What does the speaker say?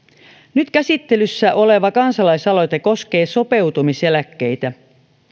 nyt käsittelyssä oleva kansalaisaloite koskee sopeutumiseläkkeitä